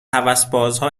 هوسبازها